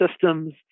systems